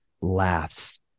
laughs